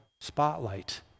spotlight